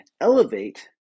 elevate